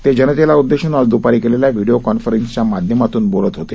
ते जनतेला उददेशून आज द्रपारी केलेल्या व्हिडिओ कॉन्फरन्सिंगच्या माध्यमातून बोलत होते